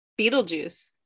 Beetlejuice